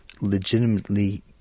legitimately